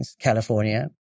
California